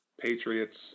patriots